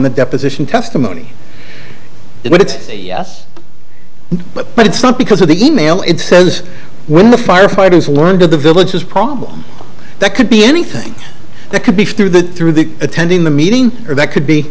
the deposition testimony it's yes but but it's not because of the e mail it says when the firefighters learned of the villages problem that could be anything that could be through the through the attending the meeting or that could be